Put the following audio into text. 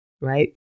right